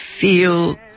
feel